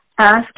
ask